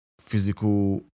physical